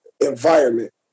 environment